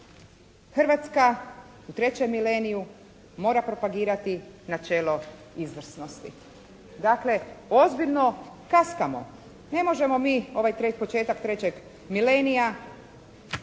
Hrvatska u 3. mileniju mora propagirati načelo izvrsnosti. Dakle, ozbiljno kaskamo. Ne možemo mi ovaj početak 3. milenija